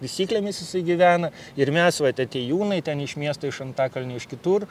taisyklėmis jisai gyvena ir mes vat atėjūnai ten iš miesto iš antakalnio iš kitur